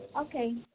Okay